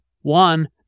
One